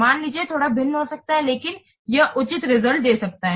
मन लीजिये थोड़ा भिन्न हो सकता है लेकिन यह उचित रिजल्ट दे सकता है